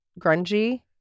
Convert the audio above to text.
grungy